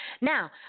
Now